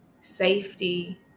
safety